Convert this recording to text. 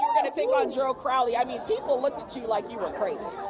gonna take on joe crowley, i mean people looked at you like you were crazy.